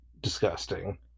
Disgusting